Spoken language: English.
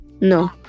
no